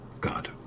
God